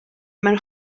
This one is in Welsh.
mewn